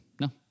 No